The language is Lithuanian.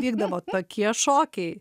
vykdavo tokie šokiai